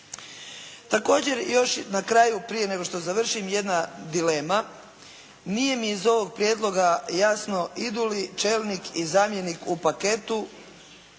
Također, još na kraju prije nego što završim jedna dilema. Nije mi iz ovog prijedloga jasno idu li čelnik i zamjenik u paketu